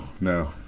no